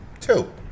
two